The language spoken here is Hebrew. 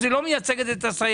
אז היא לא מייצגת את הסייעות.